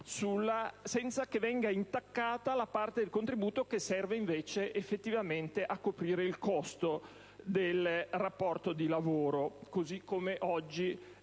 senza che venga intaccata la parte del contributo che serve effettivamente a coprire il costo dei rapporti di lavoro, così come oggi